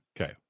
Okay